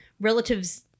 relatives